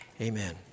amen